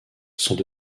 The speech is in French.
sont